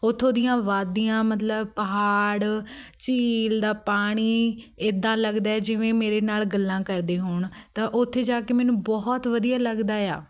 ਉੱਥੋਂ ਦੀਆਂ ਵਾਦੀਆਂ ਮਤਲਬ ਪਹਾੜ ਝੀਲ ਦਾ ਪਾਣੀ ਇੱਦਾਂ ਲੱਗਦਾ ਜਿਵੇਂ ਮੇਰੇ ਨਾਲ਼ ਗੱਲਾਂ ਕਰਦੇ ਹੋਣ ਤਾਂ ਉੱਥੇ ਜਾ ਕੇ ਮੈਨੂੰ ਬਹੁਤ ਵਧੀਆ ਲੱਗਦਾ ਆ